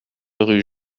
rue